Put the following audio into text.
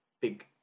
big